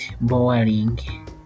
boring